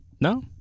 no